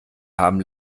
haben